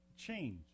change